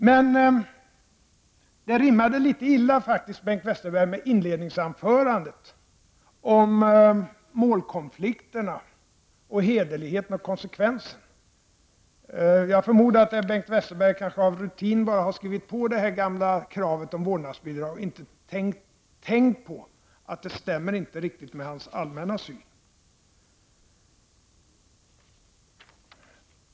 Men det rimmade litet illa, Bengt Westerberg, med inledningsanförandet om målkohflikterna, hederligheten och konsekvensen. Jag förmodar att Bengt Westerberg bara av rutin har skrivit på det här gamla kravet om vårdnadsbidrag och inte tänkt på att det inte riktigt stämmer med hans allmänna syn.